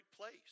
place